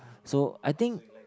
so I think